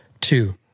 Two